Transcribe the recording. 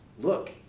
look